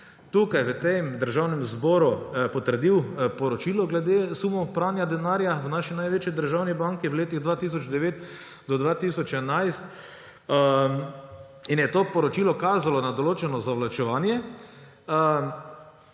tukaj v Državnem zboru potrdil poročilo glede sumov pranja denarja v naši največji državni banki v letih 2009 do 2011. To poročilo je kazalo na določeno zavlačevanje